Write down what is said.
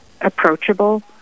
approachable